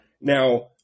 now